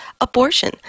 Abortion